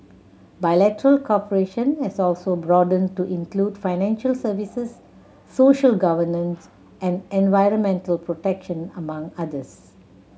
bilateral cooperation has also broadened to include financial services social governance and environmental protection among others